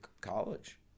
college